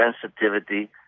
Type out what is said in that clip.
sensitivity